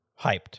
hyped